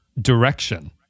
direction